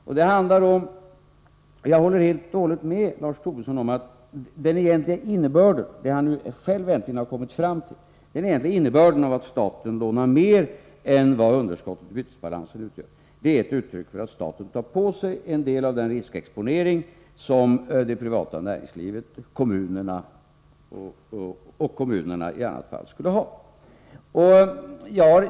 Jag håller helt och hållet med Lars Tobisson om att den egentliga innebörden av — vilket han nu själv äntligen har kommit fram till — att staten lånar mer än vad underskottet i bytesbalansen utgör är att staten tar på sig en del av den riskexponering som det privata näringslivet och kommunerna i annat fall skulle ha fått stå för.